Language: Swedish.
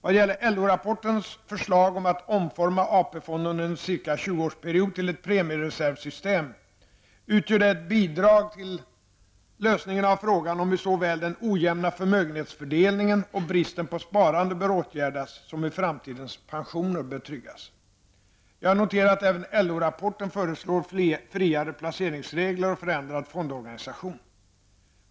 Vad gäller LO-rapportens förslag om att omforma AP-fonden under ca en 20-årsperiod till ett premiereservsystem, utgör det ett bidrag till lösningen av frågan om hur såväl den ojämna förmögenhetsfördelningen och bristen på sparande bör åtgärdas som hur framtidens pensioner bör tryggas. Jag noterar att även LO-rapporten föreslår friare placeringsregler och förändrad fondorganisation.